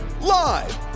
Live